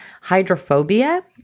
hydrophobia